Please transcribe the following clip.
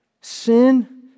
Sin